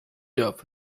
job